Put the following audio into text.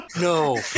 no